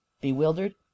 bewildered